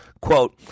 Quote